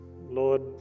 Lord